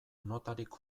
notarik